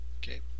Okay